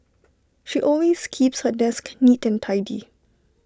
she always keeps her desk neat and tidy